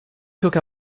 took